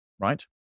Right